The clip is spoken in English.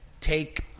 take